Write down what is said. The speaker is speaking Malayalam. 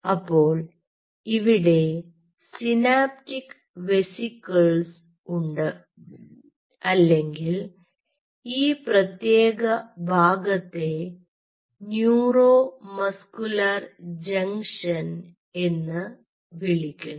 അപ്പോൾ ഇവിടെ സിനാപ്റ്റിക് വെസിക്കിൾസ് ഉണ്ട് അല്ലെങ്കിൽ ഈ പ്രത്യേക ഭാഗത്തെ ന്യൂറോ മസ്കുലർ ജംഗ്ഷൻ എന്ന് വിളിക്കുന്നു